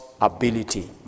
ability